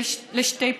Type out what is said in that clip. שתי פנים,